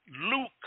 Luke